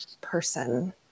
person